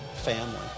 family